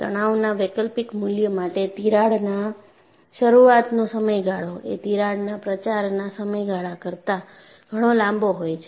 તણાવના વૈકલ્પિક મૂલ્ય માટે તિરાડના શરૂઆતનો સમયગાળો એ તિરાડના પ્રચારના સમયગાળા કરતાં ઘણો લાંબો હોય છે